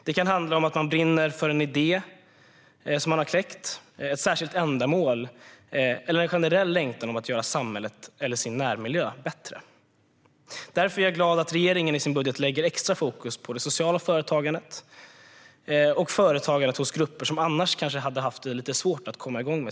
Det kan handla om att brinna för en idé man har kläckt, ett särskilt ändamål eller en generell längtan efter att göra samhället eller sin närmiljö bättre. Därför är jag glad att regeringen i sin budget lägger extra fokus på det sociala företagandet och på företagande hos grupper som annars kan ha lite svårt att komma igång.